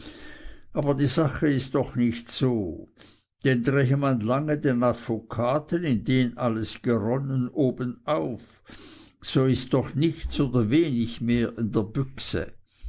aber die sache ist doch nicht so denn drehe man lange den advokaten in den alles geronnen obenauf so ist doch nichts oder wenig mehr in der büchse